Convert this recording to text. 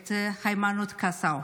את היימנוט קסאו.